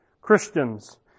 Christians